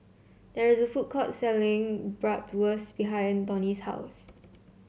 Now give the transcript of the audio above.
there is a food court selling Bratwurst behind Donnie's house